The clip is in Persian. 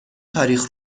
تاریخ